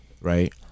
right